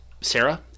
Sarah